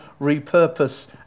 repurpose